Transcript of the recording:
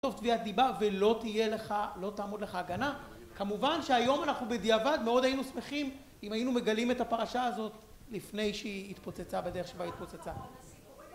תחטוף תביעת דיבה, ולא תהיה, לא תעמוד לך הגנה. כמובן שהיום אנחנו בדיעבד, מאוד היינו שמחים אם היינו מגלים את הפרשה הזאת לפני שהיא התפוצצה בדרך שבה היא התפוצצה